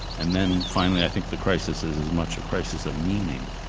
and then, finally, i think the crisis is as much a crisis of meaning